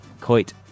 Coit